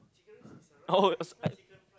oh I